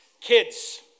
Kids